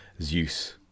Zeus